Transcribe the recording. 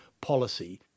policy